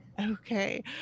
Okay